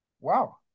wow